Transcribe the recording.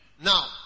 Now